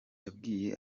yabwiye